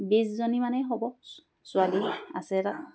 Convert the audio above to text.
বিছজনী মানে হ'ব ছোৱালী আছে তাত